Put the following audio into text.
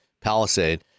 Palisade